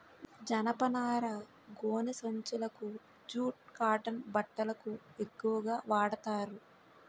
జనపనార గోనె సంచులకు జూట్ కాటన్ బట్టలకు ఎక్కువుగా వాడతారు